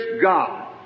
God